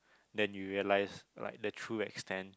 then you realize like the true extent